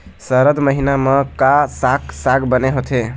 सरद महीना म का साक साग बने होथे?